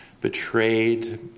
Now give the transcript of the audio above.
betrayed